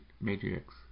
matrix